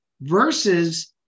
versus